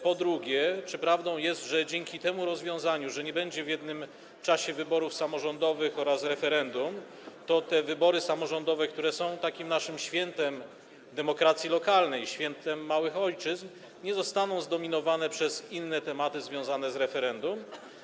Po drugie, czy prawdą jest, że dzięki temu rozwiązaniu, że nie będzie w jednym czasie wyborów samorządowych oraz referendum, to te wybory samorządowe, które są naszym świętem demokracji lokalnej, świętem małych ojczyzn, nie zostaną zdominowane przez inne tematy związane z referendum?